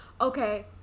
okay